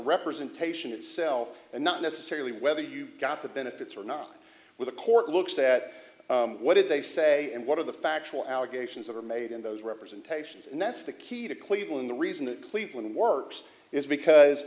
representation itself and not necessarily whether you got the benefits or not with a court looks at what did they say and what are the factual allegations are made in those representations and that's the key to cleveland the reason that cleveland works is because